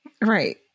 Right